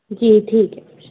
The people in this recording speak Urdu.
جی ٹھیک ہے